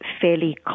fairly